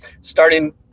starting